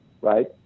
right